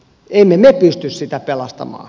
emme me pysty sitä pelastamaan